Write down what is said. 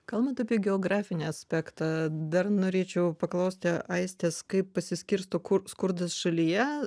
kalbant apie geografinį aspektą dar norėčiau paklausti aistės kaip pasiskirsto kur skurdas šalyje